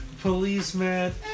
policeman